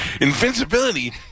Invincibility